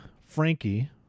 frankie